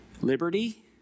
liberty